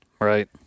right